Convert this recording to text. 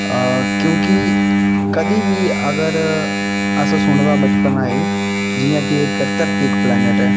क्योंकि कदी बी अगर अस सुने दा बचपन थमां जियां के धरती इक प्लेनेट ऐ